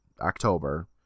October